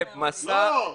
לא.